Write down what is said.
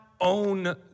own